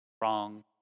Wrong